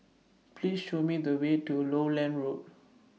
Please Show Me The Way to Lowland Road